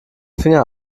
finger